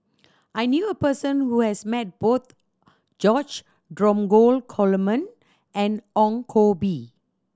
I knew a person who has met both George Dromgold Coleman and Ong Koh Bee